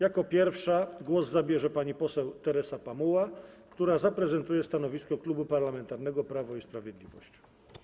Jako pierwsza głos zabierze pani poseł Teresa Pamuła, która zaprezentuje stanowisko Klubu Parlamentarnego Prawo i Sprawiedliwość.